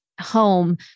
home